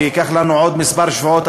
וייקח לנו עוד כמה שבועות,